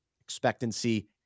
expectancy